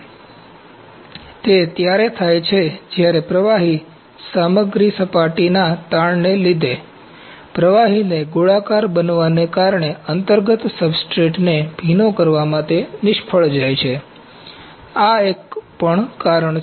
તેથી તે ત્યારે થાય છે જ્યારે પ્રવાહી સામગ્રી સપાટીના તાણને લીધે પ્રવાહીને ગોળાકાર બનાવવાને કારણે અંતર્ગત સબસ્ટ્રેટને ભીનો કરવામાં નિષ્ફળ જાય છે તેથી આ પણ એક કારણ છે